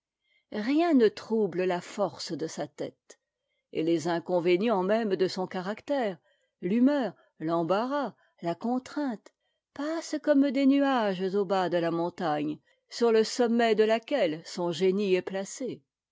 rien ne trouble la force de sa tête et les inconvénients mêmes de son caractère l'humeur l'embarras la contrainte passent comme des nuages au bas de la montagne sur le sommet de laquelle son génie est p acé